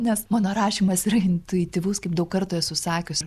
nes mano rašymas yra intuityvus kaip daug kartų esu sakius